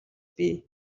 бий